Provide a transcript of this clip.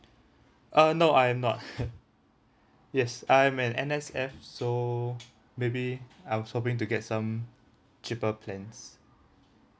uh no I am not yes I am an N_S_F so maybe I was hoping to get some cheaper plans